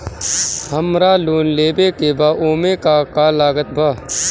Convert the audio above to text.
हमरा लोन लेवे के बा ओमे का का लागत बा?